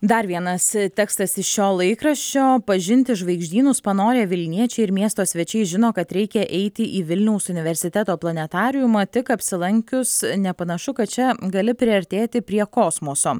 dar vienas tekstas iš šio laikraščio pažinti žvaigždynus panorę vilniečiai miesto svečiai žino kad reikia eiti į vilniaus universiteto planetariumą tik apsilankius nepanašu kad čia gali priartėti prie kosmoso